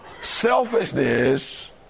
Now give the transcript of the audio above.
Selfishness